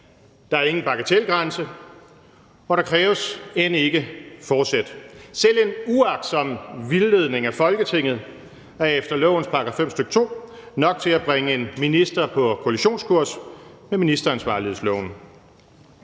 Der er ingen bagatelgrænse, og der kræves end ikke forsæt. Selv en uagtsom vildledning af Folketinget er efter lovens § 5, stk. 2, nok til at bringe en minister på koalitionskurs med ministeransvarlighedsloven.